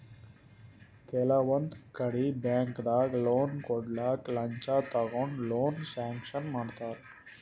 ಕೆಲವೊಂದ್ ಕಡಿ ಬ್ಯಾಂಕ್ದಾಗ್ ಲೋನ್ ಕೊಡ್ಲಕ್ಕ್ ಲಂಚ ತಗೊಂಡ್ ಲೋನ್ ಸ್ಯಾಂಕ್ಷನ್ ಮಾಡ್ತರ್